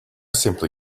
simply